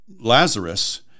Lazarus